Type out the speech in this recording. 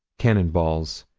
cannon balls.